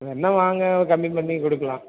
வேண்ணா வாங்க கம்மி பண்ணி கொடுக்குலாம்